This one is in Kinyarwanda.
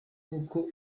uko